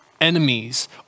enemies